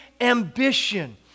ambition